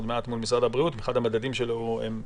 עוד מעט מול משרד הבריאות הוא עובד,